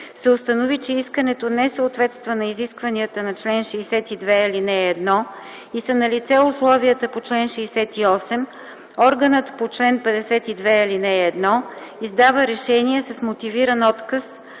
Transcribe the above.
се установи, че искането не съответства на изискванията на чл. 62, ал. 1 и са налице условията по чл. 68, органът по чл. 52, ал. 1 издава решение с мотивиран отказ